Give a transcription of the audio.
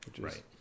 Right